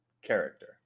character